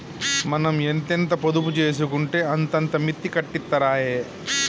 మనం ఎంతెంత పొదుపు జేసుకుంటే అంతంత మిత్తి కట్టిత్తరాయె